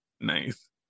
nice